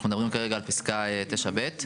אנחנו נדבר כרגע על פסקה (9)(ב).